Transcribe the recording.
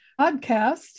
podcast